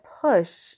push